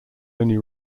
only